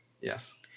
Yes